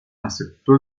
aceptó